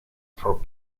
for